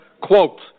quote